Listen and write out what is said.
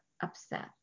upset